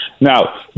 Now